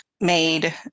made